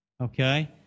okay